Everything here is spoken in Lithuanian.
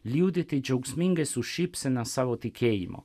liudyti džiaugsmingai su šypsena savo tikėjimo